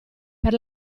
per